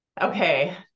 Okay